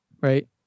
Right